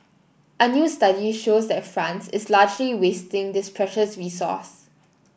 a new study shows that France is largely wasting this precious resource